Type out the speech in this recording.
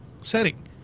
setting